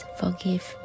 forgive